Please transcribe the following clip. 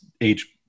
age